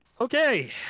Okay